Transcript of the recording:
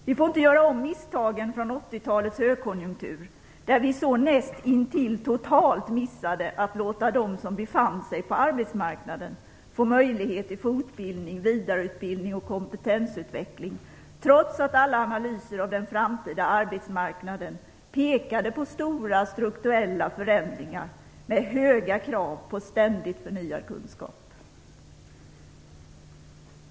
Vi får inte göra om misstagen från 1980-talets högkonjunktur, då vi så näst intill totalt missade att låta dem som befann sig på arbetsmarknaden få möjlighet till fortbildning, vidareutbildning och kompetensutveckling, trots att alla analyser av den framtida arbetsmarknaden pekade på stora strukturella förändringar med höga krav på ständigt förnyad kunskap.